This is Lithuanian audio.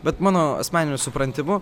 bet mano asmeniniu supratimu